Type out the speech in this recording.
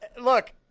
look